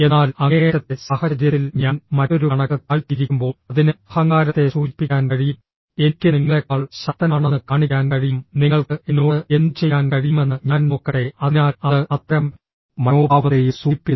എന്നാൽ അങ്ങേയറ്റത്തെ സാഹചര്യത്തിൽ ഞാൻ മറ്റൊരു കണക്ക് താഴ്ത്തിയിരിക്കുമ്പോൾ അതിന് അഹങ്കാരത്തെ സൂചിപ്പിക്കാൻ കഴിയും എനിക്ക് നിങ്ങളെക്കാൾ ശക്തനാണെന്ന് കാണിക്കാൻ കഴിയും നിങ്ങൾക്ക് എന്നോട് എന്തുചെയ്യാൻ കഴിയുമെന്ന് ഞാൻ നോക്കട്ടെ അതിനാൽ അത് അത്തരം മനോഭാവത്തെയും സൂചിപ്പിക്കുന്നു